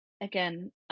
again